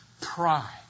Pride